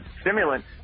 stimulant